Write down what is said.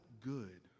good